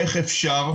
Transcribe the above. איך אפשר,